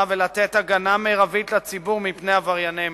ולתת הגנה מרבית לציבור מפני עברייני מין.